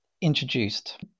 introduced